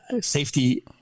safety